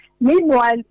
Meanwhile